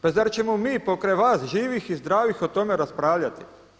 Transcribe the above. Pa zar ćemo mi pokraj vas živih i zdravih o tome raspravljati?